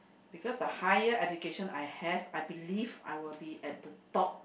because the higher education I have I believe I will be at the top